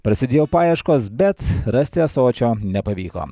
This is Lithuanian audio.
prasidėjo paieškos bet rasti ąsočio nepavyko